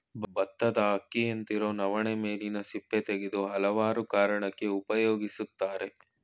ಬತ್ತದ ಅಕ್ಕಿಯಂತಿರೊ ನವಣೆ ಮೇಲಿನ ಸಿಪ್ಪೆ ತೆಗೆದು ಹಲವಾರು ಕಾರಣಕ್ಕೆ ಉಪಯೋಗಿಸ್ತರೆ